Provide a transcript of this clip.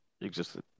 existed